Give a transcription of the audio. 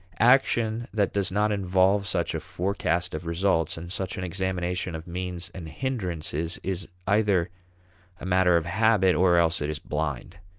action that does not involve such a forecast of results and such an examination of means and hindrances is either a matter of habit or else it is blind.